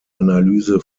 analyse